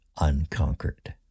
unconquered